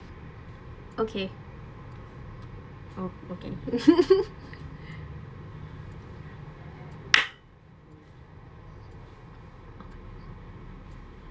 okay oh okay